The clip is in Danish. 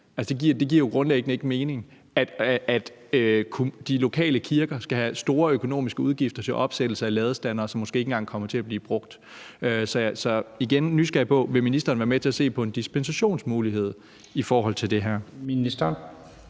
Det giver jo grundlæggende ikke mening, at de lokale kirker skal have store økonomiske udgifter til opsættelse af ladestandere, som måske ikke engang kommer til at blive brugt. Så jeg er igen nysgerrig på, om ministeren vil være med til at se på en dispensationsmulighed i forhold til det her. Kl.